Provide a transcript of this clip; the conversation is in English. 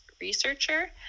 researcher